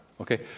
Okay